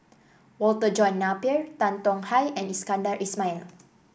Walter John Napier Tan Tong Hye and Iskandar Ismail